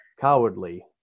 cowardly